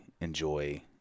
enjoy